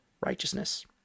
righteousness